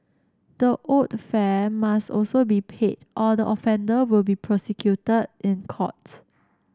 the owed fare must also be paid or the offender will be prosecuted in court